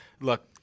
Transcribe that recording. look